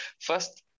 first